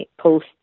post